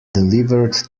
delivered